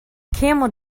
camel